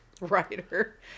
writer